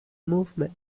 movement